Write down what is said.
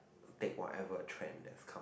take whatever trend that's come